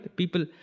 people